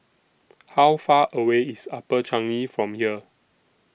How Far away IS Upper Changi from here